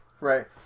Right